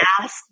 ask